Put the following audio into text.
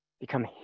become